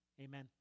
Amen